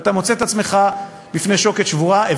ואתה מוצא את עצמך בפני שוקת שבורה.